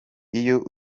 iyo